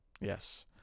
yes